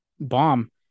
bomb